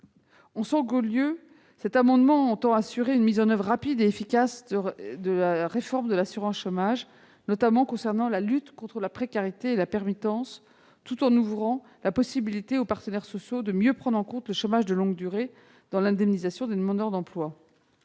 le Gouvernement entend assurer une mise en oeuvre rapide et efficace de la réforme de l'assurance chômage, notamment en ce qui concerne la lutte contre la précarité et la permittence, tout en ouvrant la possibilité aux partenaires sociaux de mieux prendre en compte le chômage de longue durée dans l'indemnisation des demandeurs d'emploi.